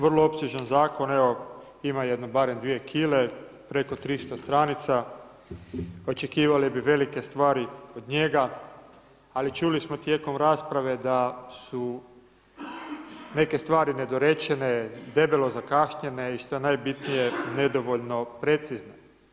Vrlo opsežan zakon, evo ima jedno barem 2 kile, preko 300 stranica, očekivali bi velike stvari od njega ali čuli smo tijekom rasprave da su neke stvari nedorečene, debelo zakašnjele i što je najbitnije nedovoljno precizne.